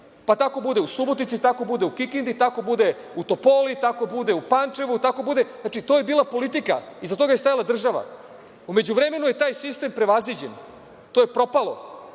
Pa tako bude u Subotici, tako bude u Kikindi, tako bude u Topoli, tako bude u Pančevu. Znači, to je bila politika, iza toga je stajala država. U međuvremenu je taj sistem prevaziđen, to je propalo.